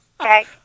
okay